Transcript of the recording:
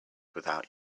without